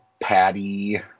patty